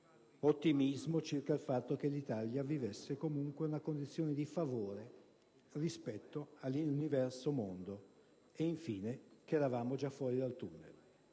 ottimismo circa il fatto che l'Italia vivesse comunque una condizione di favore rispetto all'universo mondo, infine hanno detto che eravamo già fuori dal tunnel.